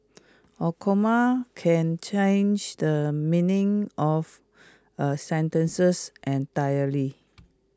A comma can change the meaning of A sentences entirely